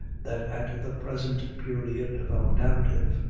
that at the present period of our narrative,